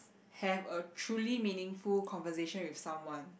have a truly meaningful conversation with someone